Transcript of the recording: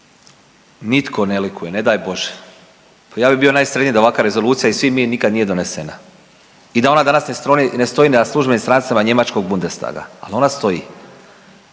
Nitko ne likuje, ne daj Bože, pa ja bi bio najsretniji da ovakva rezolucija i svi mi nikad nije donesena i da ona danas ne stoji na službenim stranicama njemačkog Bundestaga, al ona stoji